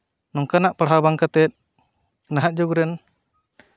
ᱱᱚᱝᱠᱟᱱᱟᱜ ᱯᱟᱲᱦᱟᱣ ᱵᱟᱝ ᱠᱟᱛᱮᱫ ᱱᱟᱦᱟᱜ ᱡᱩᱜᱽ ᱨᱮᱱ